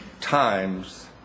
times